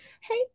Hey